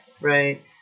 right